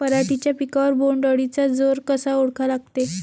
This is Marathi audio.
पराटीच्या पिकावर बोण्ड अळीचा जोर कसा ओळखा लागते?